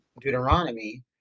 Deuteronomy